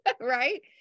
right